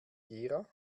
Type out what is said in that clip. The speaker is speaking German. gera